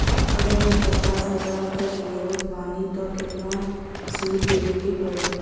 अगर हम पचास हज़ार कर्जा लेवत बानी त केतना सूद देवे के पड़ी?